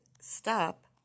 stop